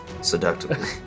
seductively